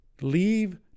leave